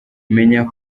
menya